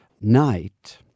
Night